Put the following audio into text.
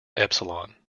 epsilon